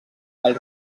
del